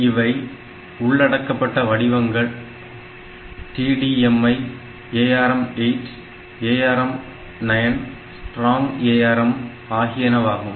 இவை உள்ளடக்கப்பட்ட வடிவங்கள் ARM7 TDMI ARM8 ARM 9 Strong ARM ஆகியனவாகும்